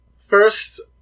First